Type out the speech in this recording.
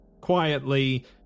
Quietly